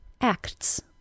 ACTS